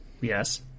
Yes